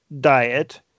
diet